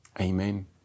Amen